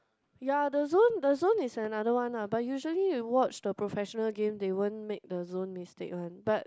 ya the zone the zone is another one ah but usually you watch the professional game they won't make the zone mistake one but